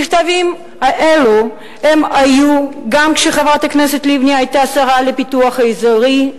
המכתבים האלה היו גם כשחברת הכנסת לבני היתה השרה לפיתוח האזורי,